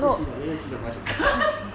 can see lah let me see your voice